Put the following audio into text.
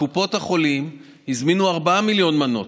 קופות החולים הזמינו 4 מיליון מנות,